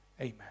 Amen